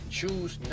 choose